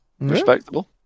Respectable